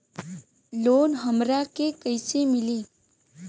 Loan हमरा के कईसे मिली?